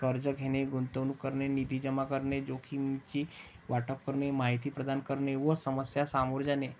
कर्ज घेणे, गुंतवणूक करणे, निधी जमा करणे, जोखमीचे वाटप करणे, माहिती प्रदान करणे व समस्या सामोरे जाणे